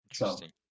Interesting